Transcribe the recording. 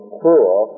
cruel